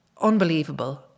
unbelievable